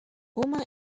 woman